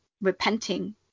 repenting